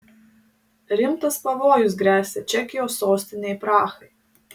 rimtas pavojus gresia čekijos sostinei prahai